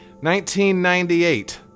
1998